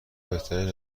بهترین